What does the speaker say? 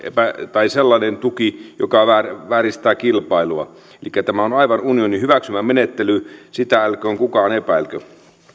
tai sellainen tuki joka vääristää kilpailua elikkä tämä on aivan unionin hyväksymä menettely sitä älköön kukaan epäilkö